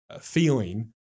feeling